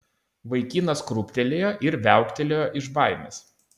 vaikinas krūptelėjo ir viauktelėjo iš baimės